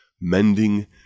mending